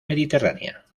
mediterránea